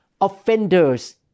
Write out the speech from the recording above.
offenders